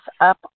up